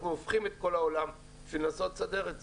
אנחנו הופכים את כל העולם בשביל לנסות לסדר את זה.